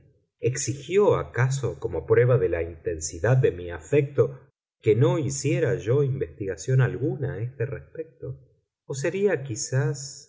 exigió acaso como prueba de la intensidad de mi afecto que no hiciera yo investigación alguna a este respecto o sería quizás